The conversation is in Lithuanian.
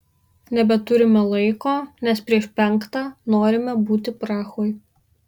nebeturime laiko nes prieš penktą norime būti prahoj